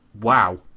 Wow